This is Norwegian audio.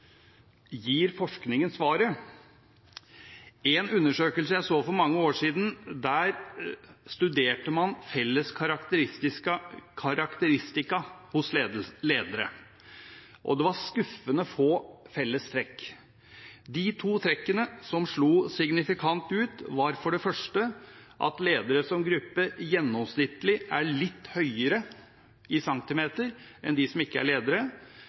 Gir forskningen svaret? I en undersøkelse jeg så for mange år siden, studerte man felles karakteristika hos ledere. Det var skuffende få fellestrekk. De to trekkene som slo signifikant ut, var for det første at ledere som gruppe gjennomsnittlig er litt høyere i centimeter enn de som ikke er ledere,